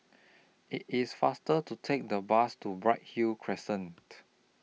IT IS faster to Take The Bus to Bright Hill Crescent